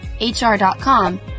HR.com